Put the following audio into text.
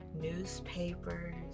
newspapers